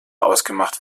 ausgemacht